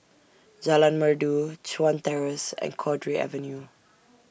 Jalan Merdu Chuan Terrace and Cowdray Avenue